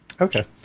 Okay